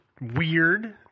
weird